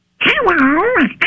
Hello